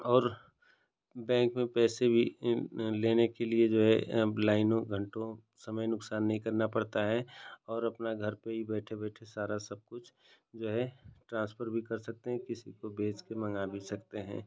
और बैंक में पैसे भी लेने के लिए जो है अब लाइनों में घन्टों समय नुकसान नहीं करना पड़ता है और अपना घर पर ही बैठे बैठे सारा सबकुछ जो है ट्रान्सफर भी कर सकते हैं किसी को भेजकर मँगा भी सकते हैं